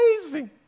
amazing